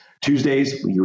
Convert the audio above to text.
Tuesdays